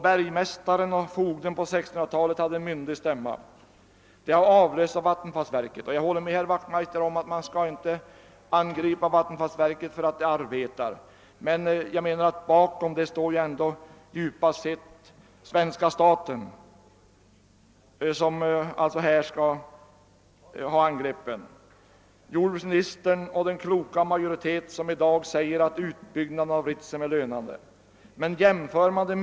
Bergmästaren och fogden på 1600-talet hade myndig stämma. De har avlösts av vattenfallsverket. Jag håller med herr Wachtmeister om att man inte bör angripa vattenfallsverket därför att det arbetar. Bakom =<:vattenfallsverket = står ändå svenska staten, och det är denna — jordbruksministern och den kloka majoritet som i dag säger att utbyggnaden av Ritsem är lönande — som bör angripas.